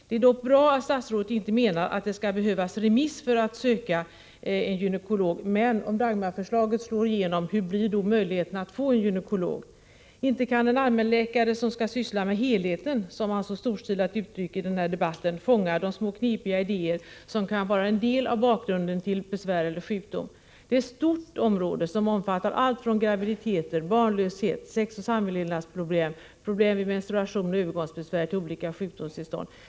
Det är dock bra att statsrådet inte menar att det skall behövas remiss för att söka gynekolog, men hur blir det med möjligheterna att få gynekolog om Dagmarförslaget slår igenom? Inte kan en allmänläkare, som skall syssla med helheten, som man så storstilat uttryckt det i debatten, fånga de små knepiga idéer som kan vara en del av bakgrunden till besvär eller sjukdom. Detta är ett stort område, som omfattar allt från graviditeter, barnlöshet, sexoch samlevnadsproblem, problem vid menstruation och övergångsbesvär till olika sjukdomstillstånd.